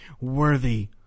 worthy